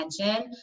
attention